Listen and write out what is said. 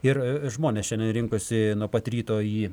ir žmonės šiandien rinkosi nuo pat ryto į